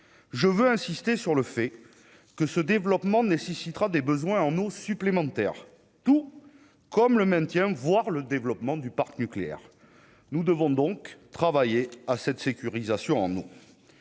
je veux insister sur le fait que ce développement nécessitera des besoins en eau supplémentaire, tout comme le maintien, voire le développement du parc nucléaire, nous devons donc travailler à cette sécurisation en nous,